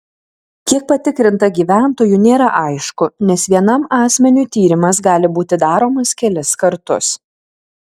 kiek patikrinta gyventojų nėra aišku nes vienam asmeniui tyrimas gali būti daromas kelis kartus